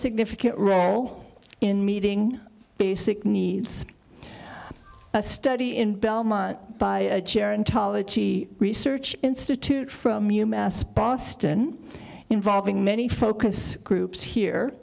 significant role in meeting basic needs a study in belmont by gerontology research institute from u mass boston involving many focus groups here